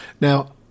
Now